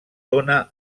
dóna